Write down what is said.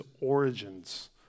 origins